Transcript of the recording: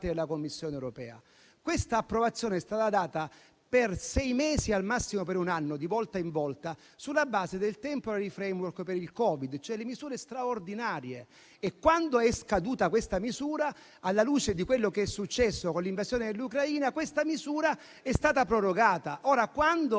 della Commissione europea. Tale approvazione è stata data per sei mesi, al massimo per un anno, di volta in volta, sulla base del *temporary framework* per il Covid-19, cioè come misura straordinaria. Quando è scaduta, alla luce di quello che è successo con l'invasione dell'Ucraina, la misura è stata prorogata. Quando